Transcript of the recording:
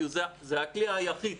כי זה הכלי היחיד